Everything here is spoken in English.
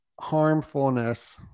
harmfulness